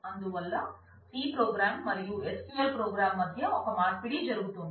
అందువల్ల C program మరియు SQL program మధ్య ఒక మార్పిడి జరుగుతోంది